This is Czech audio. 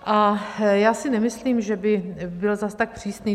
A já si nemyslím, že by byl zas tak přísný.